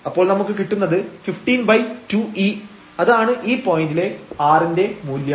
അപ്പോൾ നമുക്ക് കിട്ടുന്നത് 152e അതാണ് ഈ പോയന്റിലെ r ന്റെ മൂല്യം